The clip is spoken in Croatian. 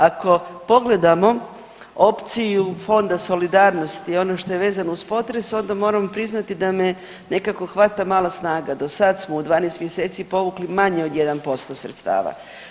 Ako pogledamo opciju Fonda solidarnosti, ono što je vezano uz potres onda moram priznati da me nekako hvata mala snaga, do sad smo u 12 mjeseci povukli manje od 1% sredstava.